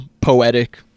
poetic